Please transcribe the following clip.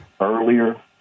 earlier